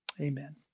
Amen